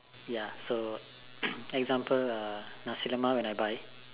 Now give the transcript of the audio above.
ya so example nice lemon when I buy